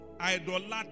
idolatry